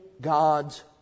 God's